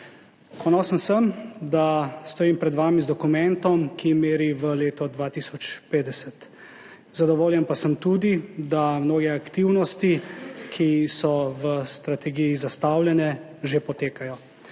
Ponosen sem, da stojim pred vami z dokumentom, ki meri v leto 2050. Zadovoljen pa sem tudi, da mnoge aktivnosti, ki so v strategiji zastavljene, že potekajo.